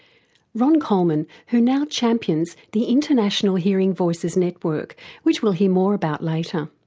ron coleman, who now champions the international hearing voices network which we'll hear more about later.